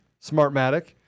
Smartmatic